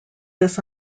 this